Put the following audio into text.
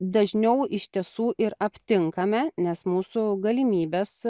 dažniau iš tiesų ir aptinkame nes mūsų galimybės